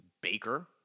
Baker